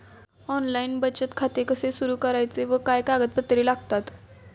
Online बचत खाते कसे सुरू करायचे व काय कागदपत्रे लागतात?